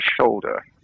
shoulder